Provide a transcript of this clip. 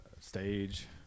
stage